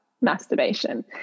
masturbation